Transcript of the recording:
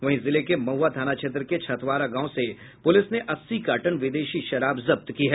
वहीं जिले को महुआ थाना क्षेत्र के छतवारा गांव से पुलिस ने अस्सी कार्टन विदेशी शराब जब्त की है